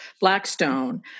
Blackstone